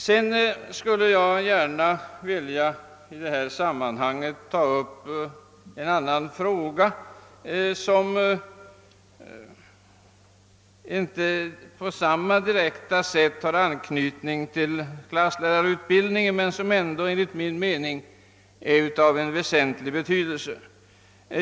Sedan skulle jag i detta sammanhang gärna vilja ta upp en annan frågan, som inte på samma direkta sätt har anknytning till klasslärarutbildningen men som ändå enligt min mening är av väsentlig betydelse.